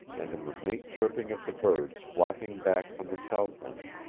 and in the mate-chirping of the birds flocking back from the southland.